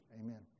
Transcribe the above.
Amen